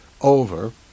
over